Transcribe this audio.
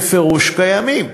בפירוש קיימים,